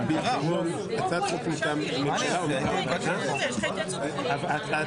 (הישיבה נפסקה בשעה 09:36 ונתחדשה בשעה 09:40.) אם כך,